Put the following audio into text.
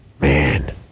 Man